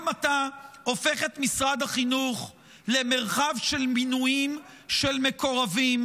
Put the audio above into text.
גם אתה הופך את משרד החינוך למרחב של מינויים של מקורבים,